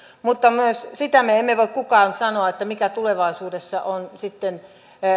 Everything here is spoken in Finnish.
mutta myöskään sitä me emme voi kukaan sanoa mikä tulevaisuudessa on sitten